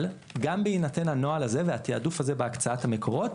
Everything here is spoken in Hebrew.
אבל גם בהינתן הנוהל הזה והתעדוף הזה בהקצאת המקורות,